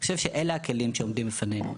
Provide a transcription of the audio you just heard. אני חושב שאלה הכלים שעומדים בפנינו.